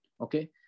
okay